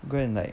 go and like